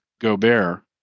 Gobert